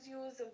use